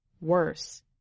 Worse